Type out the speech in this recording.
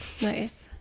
nice